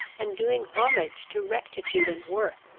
and doing homage to rectitude and worth,